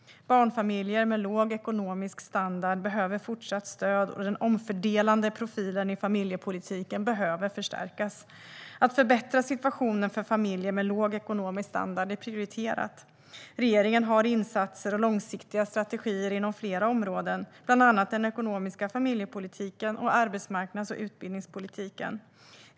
Barnfamiljer med låg ekonomisk standard behöver fortsatt stöd, och den omfördelande profilen i familjepolitiken behöver förstärkas. Att förbättra situationen för familjer med låg ekonomisk standard är prioriterat. Regeringen har insatser och långsiktiga strategier inom flera områden, bland annat den ekonomiska familjepolitiken och arbetsmarknads och utbildningspolitiken.